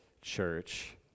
church